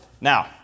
now